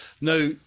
Now